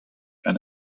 and